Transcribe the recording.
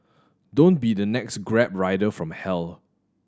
don't be the next Grab rider from hell